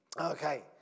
Okay